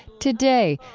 today,